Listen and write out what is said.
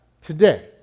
Today